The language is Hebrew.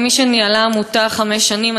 כמי שניהלה עמותה חמש שנים,